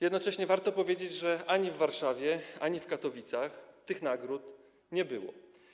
Jednocześnie warto powiedzieć, że ani w Warszawie, ani w Katowicach tych nagród nie było.